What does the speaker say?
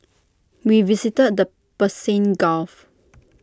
we visited the Persian gulf